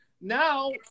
Now